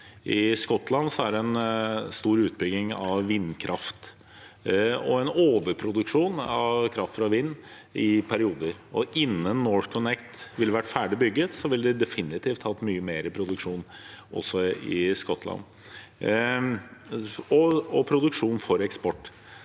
I Skottland pågår det en stor utbygging av vindkraft, og det er en overproduksjon av kraft fra vind i perioder. Innen NorthConnect hadde vært ferdig bygd, ville det definitivt også ha vært mye mer produksjon i Skottland, også produksjon for eksport.